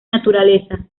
naturaleza